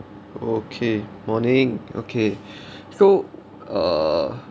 okay morning okay so err